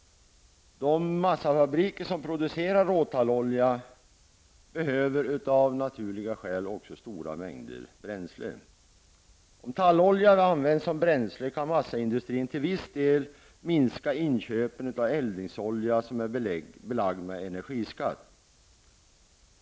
De massafabriker som producerar råtallolja behöver av naturliga skäl också stora mängder bränsle. Om råtallolja används som bränsle kan massaindustrin till viss del minska inköpen av eldningsolja som är belagd med energiskatt.